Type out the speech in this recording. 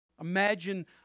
Imagine